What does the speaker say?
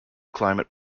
climate